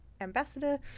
ambassador